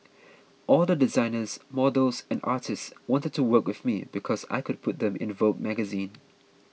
all the designers models and artists wanted to work with me because I could put them in a Vogue magazine